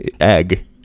Egg